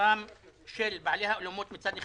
מצבם של בעלי האולמות מצד אחד,